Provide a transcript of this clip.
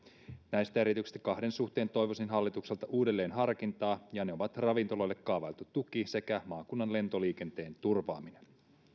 näistä erityisesti kahden suhteen toivoisin hallitukselta uudelleenharkintaa ja ne ovat ravintoloille kaavailtu tuki sekä maakuntien lentoliikenteen turvaaminen